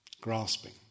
grasping